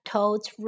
Toad's